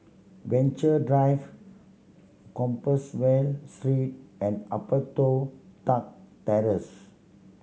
Venture Drive Compassvale Street and Upper Toh Tuck Terrace